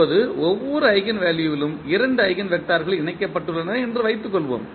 இப்போது ஒவ்வொரு ஈஜென்வெல்யூவிலும் இரண்டு ஈஜென்வெக்டர்கள் இணைக்கப்பட்டுள்ளன என்று வைத்துக் கொள்வோம்